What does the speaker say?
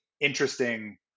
interesting